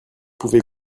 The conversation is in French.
pouvez